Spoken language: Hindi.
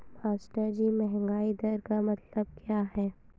मास्टरजी महंगाई दर का मतलब क्या है?